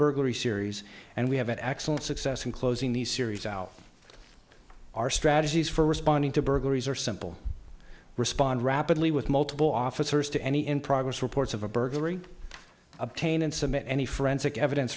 burglary series and we have axel success in closing these series out our strategies for responding to burglaries are simple respond rapidly with multiple officers to any in progress reports of a burglary obtain and submit any forensic evidence